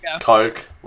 Coke